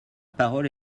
parole